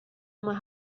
uma